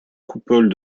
coupole